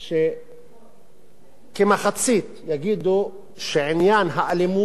שכמחצית יגידו שעניין האלימות